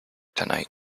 tonight